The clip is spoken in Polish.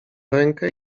rękę